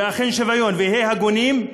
ואכן שוויון, ונהיה הגונים,